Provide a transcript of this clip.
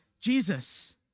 Jesus